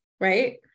right